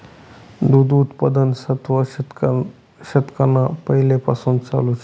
दूध उत्पादन सातवा शतकना पैलेपासून चालू शे